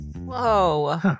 Whoa